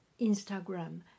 Instagram